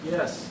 Yes